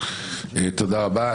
תודה רבה.